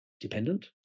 dependent